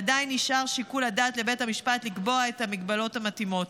ועדיין נשאר לבית המשפט שיקול הדעת לקבוע את המגבלות המתאימות.